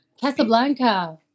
Casablanca